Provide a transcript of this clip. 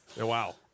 Wow